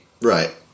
Right